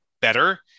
better